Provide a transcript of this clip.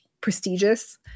prestigious